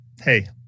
hey